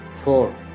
Four